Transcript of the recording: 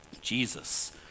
Jesus